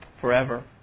forever